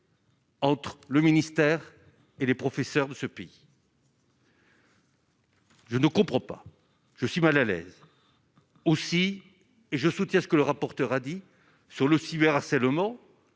Entre le ministère et les professeurs de ce pays. Je ne comprends pas, je suis mal à l'aise aussi je soutiens ce que le rapporteur a dit sur le cyber harcèlement,